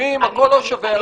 תקדימים הכול לא שווה,